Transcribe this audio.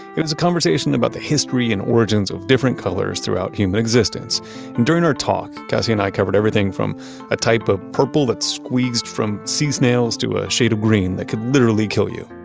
it was a conversation about the history and origins of different colors throughout human existence and during our talk, kassia and i covered everything from a type of purple that's squeezed from sea snails to a shade of green that could literally kill you.